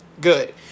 Good